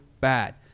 bad